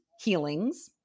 healings